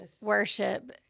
worship